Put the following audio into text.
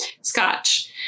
Scotch